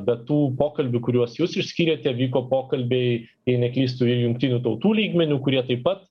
be tų pokalbių kuriuos jūs išskyrėte vyko pokalbiai jei neklystu ir jungtinių tautų lygmeniu kurie taip pat